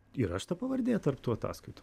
yra šita pavardė tarp tų ataskaitų